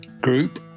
group